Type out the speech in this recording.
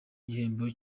igihembo